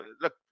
look